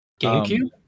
GameCube